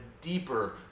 deeper